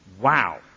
Wow